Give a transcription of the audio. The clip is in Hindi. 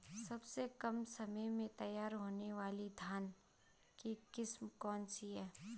सबसे कम समय में तैयार होने वाली धान की किस्म कौन सी है?